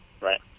right